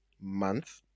Month